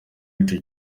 ico